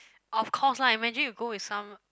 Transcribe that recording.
of course lah imagine you go with some